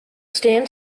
stand